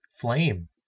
flame